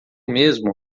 mesmo